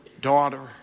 daughter